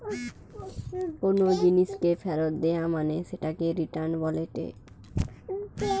কোনো জিনিসকে ফেরত দেয়া মানে সেটাকে রিটার্ন বলেটে